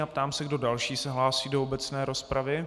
Ptám se, kdo další se hlásí do obecné rozpravy.